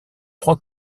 trois